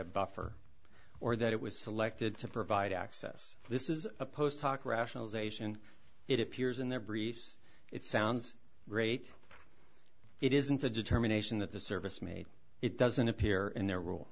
a buffer or that it was selected to provide access this is a post hoc rationalization it appears in their briefs it sounds great it isn't the determination that the service made it doesn't appear in their rule